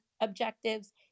objectives